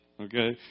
Okay